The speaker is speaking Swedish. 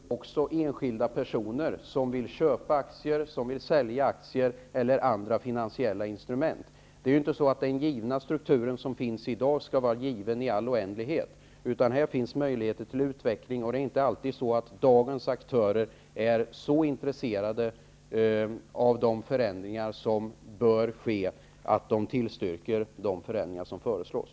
Fru talman! Om marknaden är myndigheter och företag, består den också av enskilda personer som vill köpa och sälja aktier eller andra finansiella instrument. Det är ju inte självklart att den struktur som finns i dag skall vara given i all oändlighet, utan här finns möjligheter till utveckling. Dagens aktörer är inte alltid så intresserade av de förändringar som bör ske, att de tillstyrker de förändringar som föreslås.